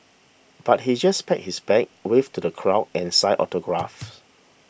but he just packed his bag waved to the crowd and signed autographs